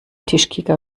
tischkicker